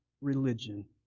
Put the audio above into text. religion